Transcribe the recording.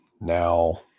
now